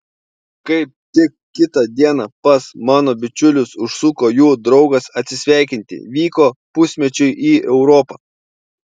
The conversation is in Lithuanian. kaip tik kitą dieną pas mano bičiulius užsuko jų draugas atsisveikinti vyko pusmečiui į europą